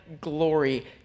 glory